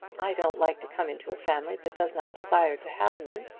i don't like to come into a family that does not desire to have me.